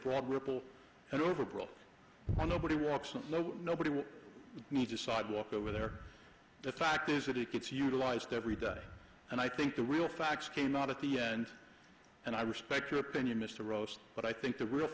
broad ripple and overall nobody walks and nobody would need a sidewalk over there the fact is that it gets utilized every day and i think the real facts came out at the end and i respect your opinion mr roast but i think the real